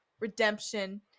redemption